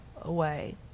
away